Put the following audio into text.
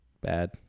Bad